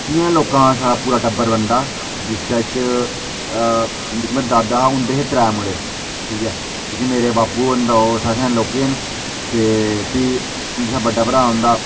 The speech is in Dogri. इ'क्कियें लोकें दा साढ़ा पूरा टब्बर बनदा जिस च दिक्ख साढ़े दादा हुंदे हे त्रै मुड़े ठीक ऐ मेरे बापू होर हे लौह्के न फ्ही जि'यां बड्डा भ्रा होंदा